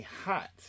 hot